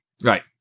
right